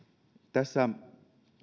tässä